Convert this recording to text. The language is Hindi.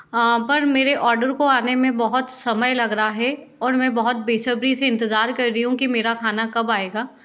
पर मेरे ऑर्डर को आने में बहुत समय लग रहा है और मैं बहुत बेसब्री से इंतज़ार कर रही हूँ कि मेरा खाना कब आएगा